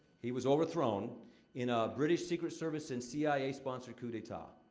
he was overthrown in a british secret service and c i a sponsored coup d'etat.